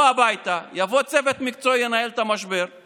הוא לא רוצה שנדבר על ניצול של 4% בלבד מהמענק לעידוד תעסוקה,